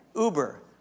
Uber